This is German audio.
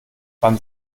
wann